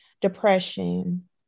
depression